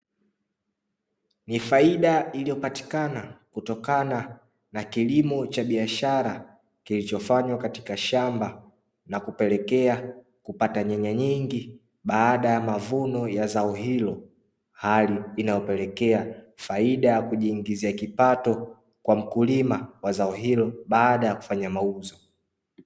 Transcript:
Ni faida iliyopatikana kutokana na kilimo cha biashara kilichofanywa katika shamba, na kupelekea kupata nyanya nyingi baada ya mavuno ya zao hilo. Hali inayopelekea faida ya kujiingizia kipato kwa mkulima wa zao hilo baada ya kufanya mauzo.